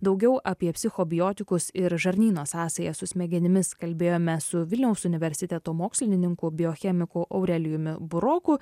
daugiau apie psichobiotikus ir žarnyno sąsajas su smegenimis kalbėjome su vilniaus universiteto mokslininku biochemiku aurelijumi buroku